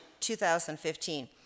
2015